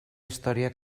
història